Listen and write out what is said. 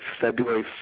February